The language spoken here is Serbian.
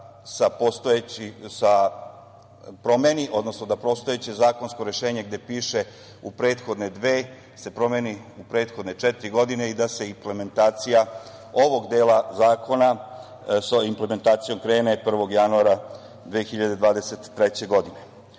da postojaće zakonsko rešenje gde piše „u prethodne dve“ se promeni „u prethodne četiri godine“ i da se implementacija ovog dela zakona, da se sa implementacijom krene 1. januara 2023. godine. Takođe,